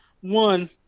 one